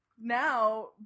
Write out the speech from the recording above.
Now